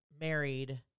married